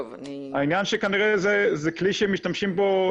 העניין שכנראה זה כלי שמשתמשים בו,